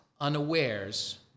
unawares